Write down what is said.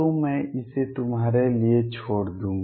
तो मैं इसे तुम्हारे लिए छोड़ दूँगा